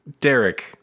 Derek